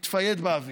להתפייד באוויר.